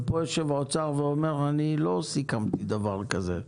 ופה יושב האוצר ואומר, אני לא סיכמתי דבר כזה.